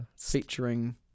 Featuring